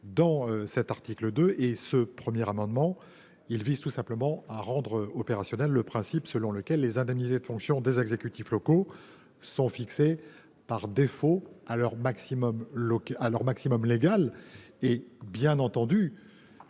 à l’article 2. Le présent amendement vise tout simplement à rendre opérationnel le principe selon lequel les indemnités de fonction des exécutifs locaux sont fixées, par défaut, à leur maximum légal. Bien entendu,